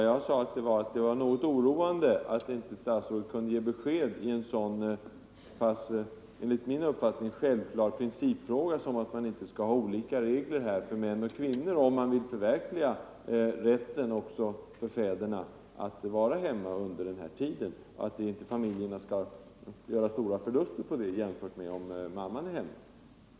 Jag sade att det var oroande att statsrådet inte kunde ge besked i en enligt min uppfattning så självklar principfråga som att man inte skall ha olika regler för män och kvinnor, om man vill förverkliga rätten också för fäderna att vara hemma under den här tiden, utan att familjerna skall göra stora förluster på det, jämfört med om mamman är hemma.